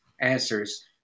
answers